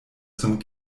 zum